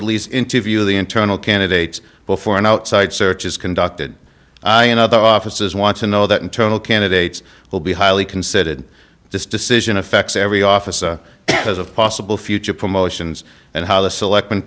at least interview the internal candidates before an outside search is conducted in other offices want to know that internal candidates will be highly considered this decision affects every officer because of possible future promotions and how the select